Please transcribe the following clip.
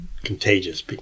Contagious